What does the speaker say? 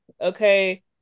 okay